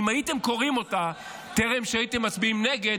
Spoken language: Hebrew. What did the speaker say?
אם הייתם קוראים אותה טרם שהייתם מצביעים נגד,